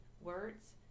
words